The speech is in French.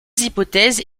hypothèses